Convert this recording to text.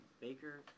Baker